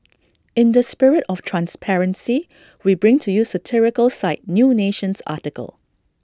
in the spirit of transparency we bring to you satirical site new nation's article